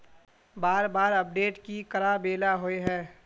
बार बार अपडेट की कराबेला होय है?